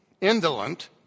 indolent